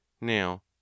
Now